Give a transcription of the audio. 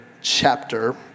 chapter